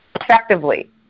effectively